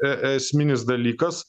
e esminis dalykas